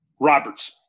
Roberts